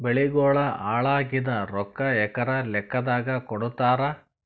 ಬೆಳಿಗೋಳ ಹಾಳಾಗಿದ ರೊಕ್ಕಾ ಎಕರ ಲೆಕ್ಕಾದಾಗ ಕೊಡುತ್ತಾರ?